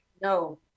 No